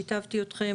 כתבתי אתכם,